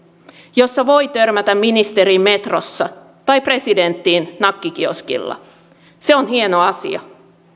jossa voi törmätä ministeriin metrossa tai presidenttiin nakkikioskilla se on hieno asia